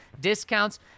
discounts